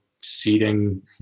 seating